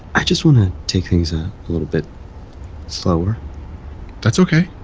i just want to take things a little bit slower that's ok.